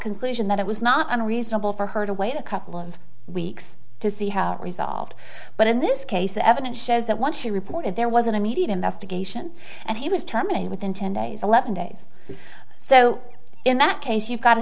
conclusion that it was not unreasonable for her to wait a couple of weeks to see how resolved but in this case the evidence shows that once she reported there was an immediate investigation and he was terminated within ten days eleven days so in that case you've got a